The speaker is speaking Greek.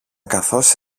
καθώς